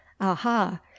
aha